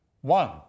one